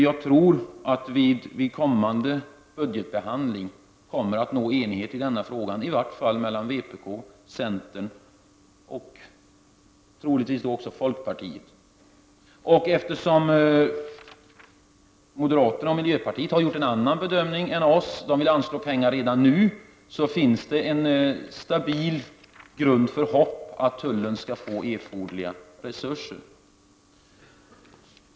Jag tror också att vi vid kommande budgetbehandling kommer att nå enighet i denna fråga, åtminstone mellan vpk, centern och troligtvis också folkpartiet. Eftersom moderaterna och miljöpartiet har gjort en annan bedömning — de vill anslå pengar redan nu — finns det en stabil grund för och hopp om att tullen skall få erforderliga resurser.